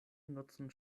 nutzen